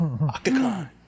octagon